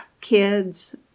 kids